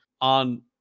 on